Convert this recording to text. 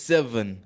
Seven